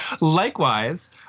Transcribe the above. Likewise